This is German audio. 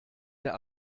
der